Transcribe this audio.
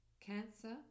Cancer